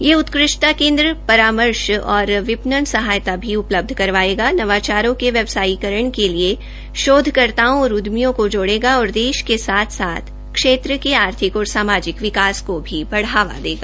यह उत्कृष्टता केन्द्र परामर्श और विपणन सहायता भी उपलब्ध करवाएगा नवाचारों के व्यावसायीकरण के लिए शोधकर्ताओं और उद्यमियों को जोड़ेगा और देश के साथ साथ क्षेत्र के आर्थिक और सामाजिक विकास को भी बढ़ाएगा